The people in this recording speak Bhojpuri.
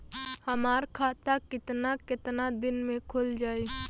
हमर खाता कितना केतना दिन में खुल जाई?